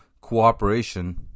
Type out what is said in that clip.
cooperation